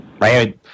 right